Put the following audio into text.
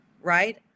right